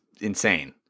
insane